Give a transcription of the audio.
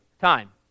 time